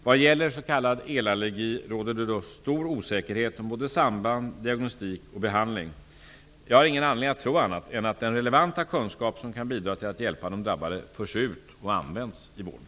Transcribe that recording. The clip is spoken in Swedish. Vad gäller s.k. elallergi råder det stor osäkerhet om både samband, diagnostik och behandling. Jag har ingen anledning att tro annat än att den relevanta kunskap som kan bidra till att hjälpa de drabbade förs ut och används i vården.